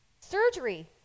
Surgery